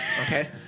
Okay